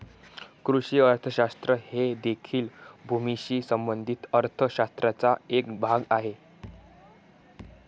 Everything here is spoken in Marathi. कृषी अर्थशास्त्र हे देखील भूमीशी संबंधित अर्थ शास्त्राचा एक भाग आहे